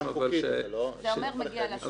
זה אומר שזה מגיע לשרה,